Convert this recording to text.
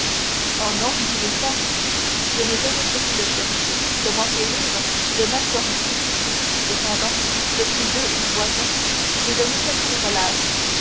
oh non dit villefort je n'ai jamais cessé de chercher de m'enquérir de m'informer cependant depuis deux ou trois ans j'ai donné quelque relâche